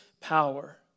power